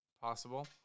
possible